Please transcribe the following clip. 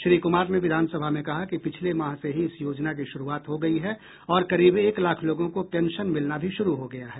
श्री कुमार ने विधान सभा में कहा कि पिछले माह से ही इस योजना की शुरुआत हो गई है और करीब एक लाख लोगों को पेंशन मिलना भी शुरू हो गया है